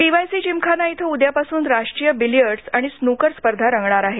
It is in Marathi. पीवायसी जिमखाना इथं उद्यापासून राष्ट्रीय बिलियर्डस आणि स्न्कर स्पर्धा रंगणार आहे